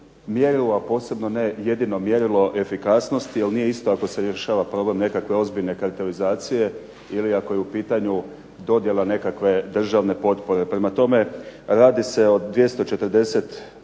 mjerilo, posebno ne jedino mjerilo efikasnosti, jer nije isto ako se rješava problem nekakve ozbiljne kartelizacije, ili ako je u pitanju dodjela nekakve državne potpore. Prema tome radi se o 240